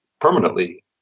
permanently